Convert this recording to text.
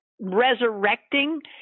resurrecting